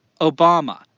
Obama